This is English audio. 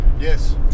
Yes